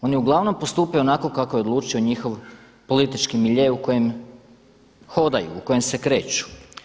Oni uglavnom postupaju onako kako je odlučio njihov politički milje u kojem hodaju u kojem se kreću.